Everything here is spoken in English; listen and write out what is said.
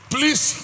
Please